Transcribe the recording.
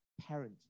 parent